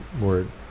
word